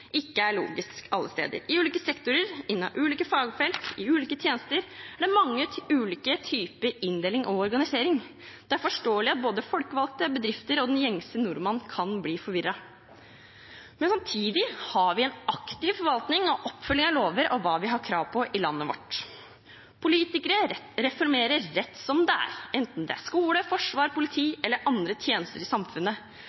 ikke er logisk alle steder – i ulike sektorer, innen ulike fagfelt, i ulike tjenester med mange ulike typer inndeling og organisering. Det er forståelig at både folkevalgte, bedrifter og den gjengse nordmann kan bli forvirret. Men samtidig har vi en aktiv forvaltning og oppfølging av lover og hva vi har krav på i landet vårt. Politikere reformerer rett som det er, enten det er skole, forsvar,